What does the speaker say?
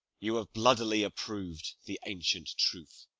you have bloodily approv'd the ancient truth,